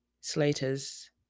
Slaters